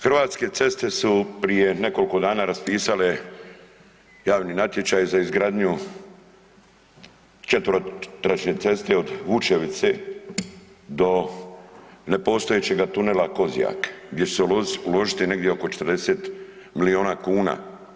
Hrvatske ceste su prije nekoliko dana raspisale javni natječaj za izgradnju 4-tračne ceste od Vučevice do nepostojeća tunela Kozjak gdje će se uložiti negdje oko 40 milijuna kuna.